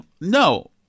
no